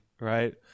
right